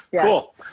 Cool